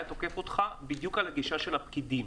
היה תוקף אותך בדיוק על הגישה של הפקידים.